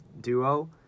duo